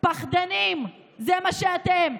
פחדנים, זה מה שאתם.